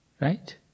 Right